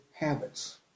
habits